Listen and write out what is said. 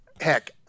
Heck